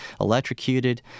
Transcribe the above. electrocuted